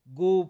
go